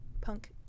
punk